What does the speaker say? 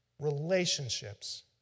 relationships